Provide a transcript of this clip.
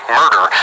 murder